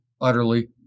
utterly